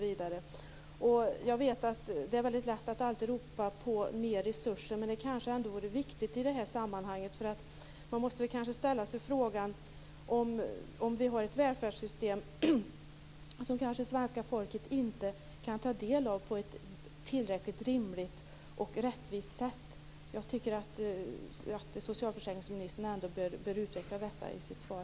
Jag vet att det är väldigt lätt att alltid ropa på mer resurser, men i det här sammanhanget vore det kanske viktigt. Man måste kanske ställa sig frågan om vi har ett välfärdssystem som svenska folket inte kan ta del av på ett tillräckligt rimligt och rättvist sätt. Jag tycker att socialförsäkringsministern bör utveckla detta i sitt svar.